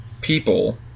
people